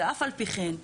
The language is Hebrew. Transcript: ואף על פי כן,